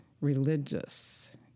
religious